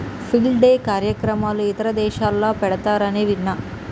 field day కార్యక్రమాలు ఇతర దేశాలల్ల పెడతారని విన్న